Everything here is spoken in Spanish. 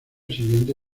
siguiente